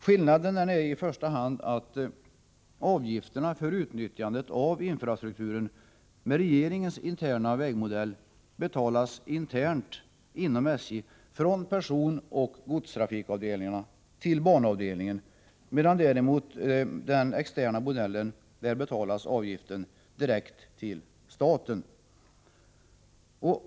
Skillnaden är i första hand att avgifterna för utnyttjandet av infrastrukturen med regeringens interna vägmodell betalas internt inom SJ från personoch godstrafikavdelningarna till banavdelningen. I fråga om den externa modellen däremot betalas avgiften direkt till staten.